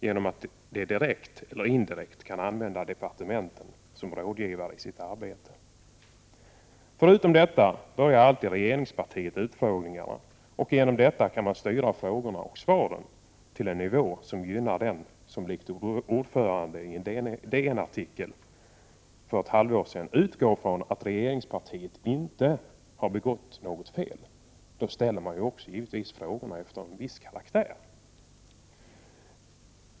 Detta kan nämligen direkt eller indirekt använda departementen som rådgivare i sitt arbete. Dessutom börjar alltid regeringspartiet utfrågningarna, och genom detta kan det styra frågorna och svaren till en nivå som gynnar den som liksom vår ordförande i en DN-artikel för ett halvår sedan utgår från att regeringspartiet inte har begått några fel. Då får naturligtvis de frågor man ställer en viss karaktär.